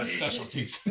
specialties